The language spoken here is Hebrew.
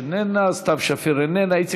יחימוביץ, אינה נוכחת, סתיו שפיר, אינה נוכחת.